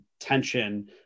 tension